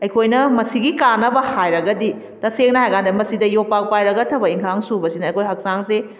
ꯑꯩꯈꯣꯏꯅ ꯃꯁꯤꯒꯤ ꯀꯥꯟꯅꯕ ꯍꯥꯏꯔꯒꯗꯤ ꯇꯁꯦꯡꯅ ꯍꯥꯏꯔꯀꯥꯟꯗ ꯃꯁꯤꯗ ꯌꯣꯝꯄꯥꯛ ꯄꯥꯏꯔꯒ ꯊꯕꯛ ꯏꯪꯈꯥꯡ ꯁꯨꯕꯁꯤꯅ ꯑꯩꯈꯣꯏ ꯍꯛꯆꯥꯡꯁꯦ